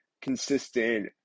consistent